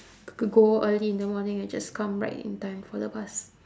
g~ g~ go early in the morning and just come right in time for the bus